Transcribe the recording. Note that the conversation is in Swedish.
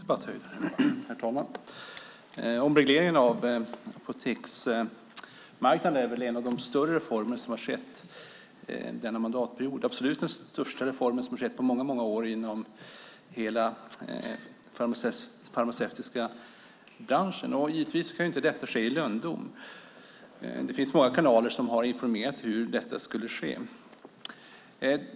Herr talman! Omregleringen av apoteksmarknaden är en av de större reformer som skett under denna mandatperiod. Det är den absolut största reformen på många år inom den farmaceutiska branschen. Den ska givetvis inte ske i lönndom. Många kanaler har informerat om hur det ska gå till.